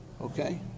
Okay